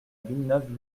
villeneuve